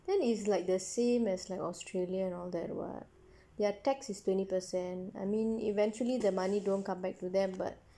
then is like the same as like Australia and all that what their tax is twenty percent I mean eventually the money don't come back to them but